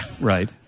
Right